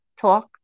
talk